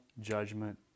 judgment